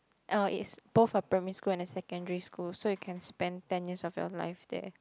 uh is both a primary school and a secondary school so you can spend ten years of your life there